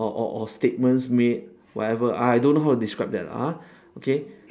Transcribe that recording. or or or statements made whatever I don't know how to describe that lah ah okay